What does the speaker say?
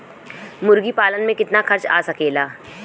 मुर्गी पालन में कितना खर्च आ सकेला?